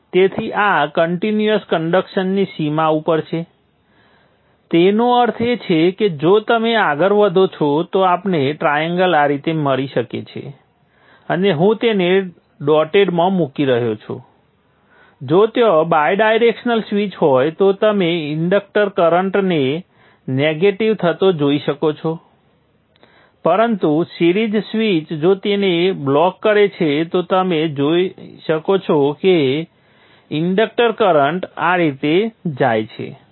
તેથી આ continuous conduction ની સીમા ઉપર છે તેનો અર્થ એ છે કે જો તમે આગળ વધો તો આપણે ટ્રાએંગલ આ રીતે મળી શકે છે અને હું તેને ડોટેડમાં મૂકી રહ્યો છું જો ત્યાં બાયડાયરેક્શનલ સ્વીચ હોય તો તમે ઇન્ડક્ટર કરન્ટને નેગેટિવ થતો જોઈ શકો છો પરંતુ સિરીઝ સ્વીચ જો તેને બ્લોક કરે છે તો તમે જોઈ શકો છો કે ઇન્ડક્ટર કરન્ટ આ રીતે જાય છે